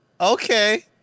Okay